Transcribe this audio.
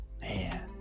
man